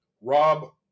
Rob